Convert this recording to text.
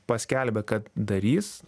paskelbė kad darys